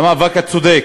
המאבק הצודק.